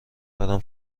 دارم